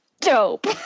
dope